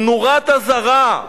נורת אזהרה?